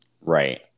Right